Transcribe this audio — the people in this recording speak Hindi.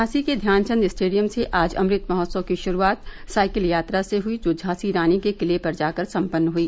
झांसी के ध्यानचंद स्टेडियम से आज अमृत महोत्सव की शुरूआत साईकिल यात्रा से हई जो झांसी रानी के किले पर जाकर सम्पन्न हुई